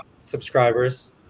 subscribers